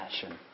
passion